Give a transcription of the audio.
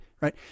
right